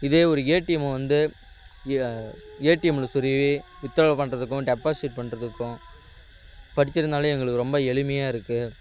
இதே ஒரு ஏடிஎம்மை வந்து ஏ ஏடிஎம்மில் சொருவி வித்டிரால் பண்ணுறதுக்கும் டெப்பாசிட் பண்ணுறதுக்கும் படிச்சிருந்தால் எங்களுக்கு ரொம்ப எளிமையாக இருக்குது